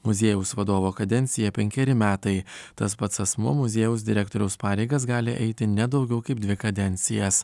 muziejaus vadovo kadencija penkeri metai tas pats asmuo muziejaus direktoriaus pareigas gali eiti ne daugiau kaip dvi kadencijas